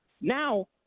Now